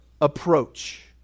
approach